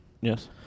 Yes